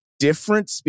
Different